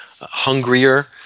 hungrier